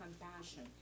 compassion